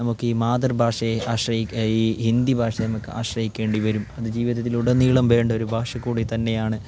നമുക്ക് ഈ മാതൃഭാഷയെ ആശ്രയി ഈ ഹിന്ദി ഭാഷ നമുക്ക് ആശ്രയിക്കേണ്ടി വരും അത് ജീവിതത്തിലുടനീളം വേണ്ട ഒരു ഭാഷ കൂടെ തന്നെയാണ്